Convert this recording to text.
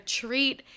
treat